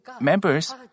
members